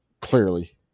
clearly